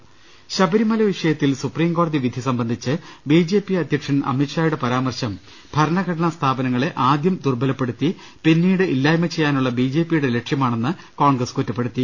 ്്്്്് ശബരിമല വിഷയത്തിൽ സുപ്രീം കോടതി വിധി സംബന്ധിച്ച് ബി ജെ പി അധ്യക്ഷൻ അമിത്ഷായുടെ പരാമർശം ഭരണഘടനാ സ്ഥാപനങ്ങളെ ആദ്യം ദുർബലപ്പെടുത്തി പിന്നീട് ഇല്ലായ്മ ചെയ്യാനുള്ള ബി ജെ പിയുടെ ലക്ഷ്യ മാണെന്ന് കോൺഗ്രസ് കുറ്റപ്പെടുത്തി